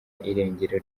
irengero